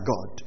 God